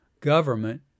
government